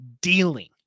dealing